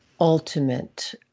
ultimate